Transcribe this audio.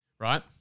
Right